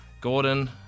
Gordon